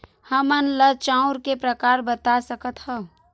हमन ला चांउर के प्रकार बता सकत हव?